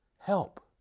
help